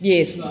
Yes